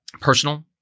personal